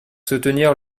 soutenir